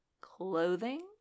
clothing